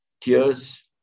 tears